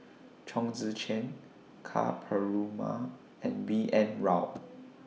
Chong Tze Chien Ka Perumal and B N Rao